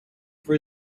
for